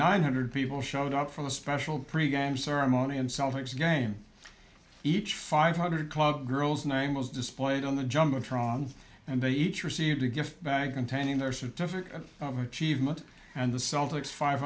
nine hundred people showed up for the special pre game ceremony and celtics game each five hundred club girl's name was displayed on the jumbotron and they each received a gift bag containing their certificate of mint and the celtics five